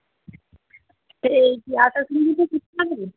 এই কি আলট্রাসোনোগ্রাফি করতে হবে